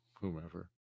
whomever